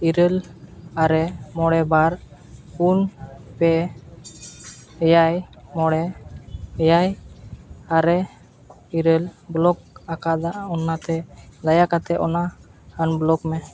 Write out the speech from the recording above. ᱤᱨᱟᱹᱞ ᱟᱨᱮ ᱢᱚᱬᱮ ᱵᱟᱨ ᱯᱩᱱ ᱯᱮ ᱮᱭᱟᱭ ᱢᱚᱬᱮ ᱮᱭᱟᱭ ᱟᱨᱮ ᱤᱨᱟᱹᱞ ᱵᱞᱚᱠ ᱟᱠᱟᱫᱟ ᱚᱱᱟᱛᱮ ᱫᱟᱭᱟ ᱠᱟᱛᱮᱫ ᱚᱱᱟ ᱟᱱᱵᱞᱚᱠ ᱢᱮ